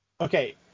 Okay